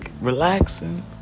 relaxing